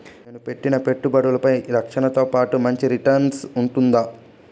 నేను పెట్టిన పెట్టుబడులపై రక్షణతో పాటు మంచి రిటర్న్స్ ఉంటుందా?